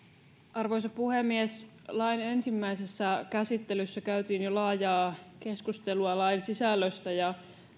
arvoisa puhemies lain ensimmäisessä käsittelyssä käytiin jo laajaa keskustelua lain sisällöstä ja